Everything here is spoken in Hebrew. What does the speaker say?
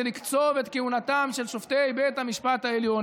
זה לקצוב את כהונתם של שופטי בית המשפט העליון.